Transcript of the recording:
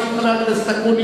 נא להוציא את חבר הכנסת אקוניס.